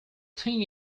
thing